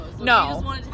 No